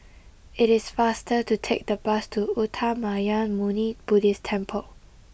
it is faster to take the bus to Uttamayanmuni Buddhist Temple